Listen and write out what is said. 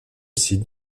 site